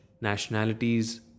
nationalities